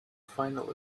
final